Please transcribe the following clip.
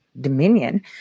Dominion